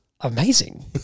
amazing